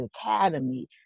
academy